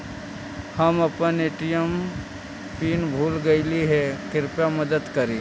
हम अपन ATM pin भूल गईली हे, कृपया मदद करी